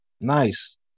Nice